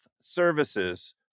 Services